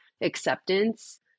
acceptance